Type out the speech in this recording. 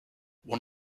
one